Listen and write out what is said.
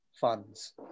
funds